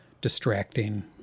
distracting